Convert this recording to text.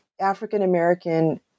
African-American